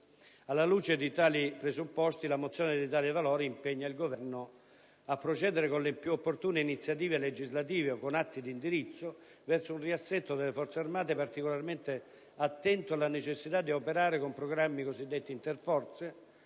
Alla luce di tali presupposti, la mozione dell'Italia dei Valori impegna il Governo a procedere, con le più opportune iniziative legislative o con atti di indirizzo, verso un riassetto delle Forze armate particolarmente attento alla necessità di operare con programmi cosiddetti interforze,